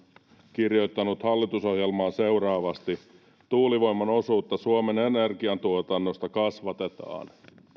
kirjoittanut hallitusohjelmaan seuraavasti tuulivoiman osuutta suomen energiantuotannosta kasvatetaan